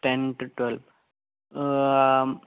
ten to twelve